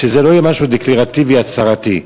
שזה לא יהיה משהו דקלרטיבי, הצהרתי.